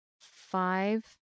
Five